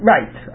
Right